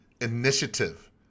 initiative